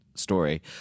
Story